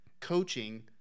coaching